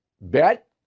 bet